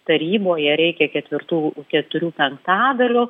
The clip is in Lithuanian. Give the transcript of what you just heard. taryboje reikia ketvirtų keturių penktadalių